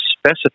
specify